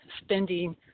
spending